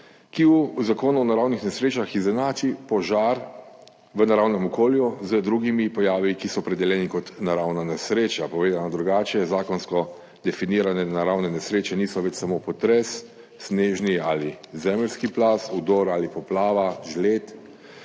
in drugimi nesrečami izenači požarv naravnem okolju z drugimi pojavi, ki so opredeljeni kot naravna nesreča. Povedano drugače, zakonsko definirane naravne nesreče niso več samo potres, snežni ali zemeljski plaz, vdor ali poplava, žled,